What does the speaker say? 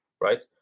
right